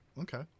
Okay